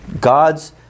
God's